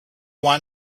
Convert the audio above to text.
want